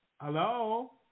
Hello